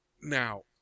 Now